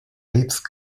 lisp